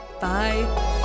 Bye